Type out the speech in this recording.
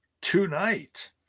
tonight